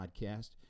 podcast